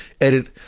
Edit